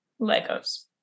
Legos